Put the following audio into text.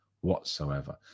whatsoever